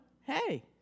hey